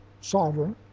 sovereign